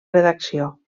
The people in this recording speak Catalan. redacció